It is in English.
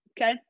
Okay